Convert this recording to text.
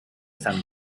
san